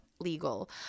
legal